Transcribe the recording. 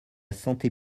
santé